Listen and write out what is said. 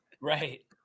Right